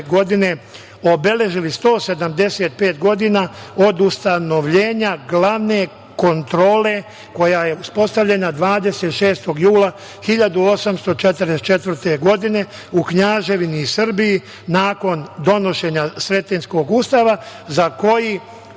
godine obeležili 175 godina od ustanovljenja glavne kontrole koja je uspostavljena 26. jula 1844. godine u Kneževini Srbiji nakon donošenja Sretenjskog ustava za koji